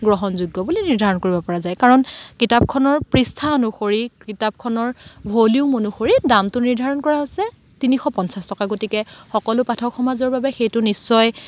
গ্ৰহণযোগ্য বুলি নিৰ্ধাৰণ কৰিব পৰা যায় কাৰণ কিতাপখনৰ পৃষ্ঠা অনুসৰি কিতাপখনৰ ভলিউম অনুসৰি দামটো নিৰ্ধাৰণ কৰা হৈছে তিনিশ পঞ্চাছ টকা গতিকে সকলো পাঠক সমাজৰ বাবে সেইটো নিশ্চয়